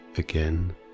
again